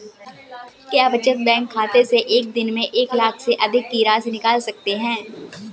क्या बचत बैंक खाते से एक दिन में एक लाख से अधिक की राशि निकाल सकते हैं?